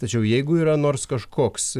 tačiau jeigu yra nors kažkoks